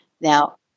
Now